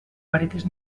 varetes